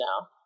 now